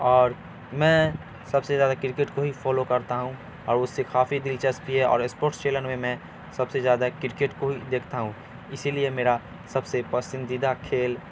اور میں سب سے زیادہ کرکٹ کو ہی فالو کرتا ہوں اور اس سے کافی دلچسپی ہے اور اسپورٹس چینل میں سب سے زیادہ کرکٹ کو ہی دیکھتا ہوں اسی لیے میرا سب سے پسندیدہ کھیل